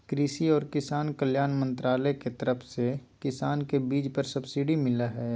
कृषि आर किसान कल्याण मंत्रालय के तरफ से किसान के बीज पर सब्सिडी मिल लय हें